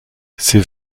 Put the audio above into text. c’est